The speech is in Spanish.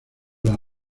las